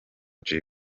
jay